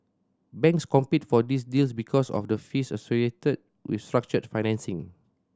banks compete for these deals because of the fees associated with structured financing